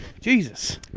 Jesus